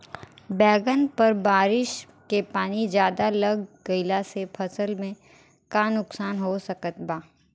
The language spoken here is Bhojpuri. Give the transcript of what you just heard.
बैंगन पर बारिश के पानी ज्यादा लग गईला से फसल में का नुकसान हो सकत बा?